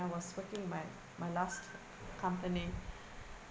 I was working my my last company